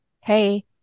hey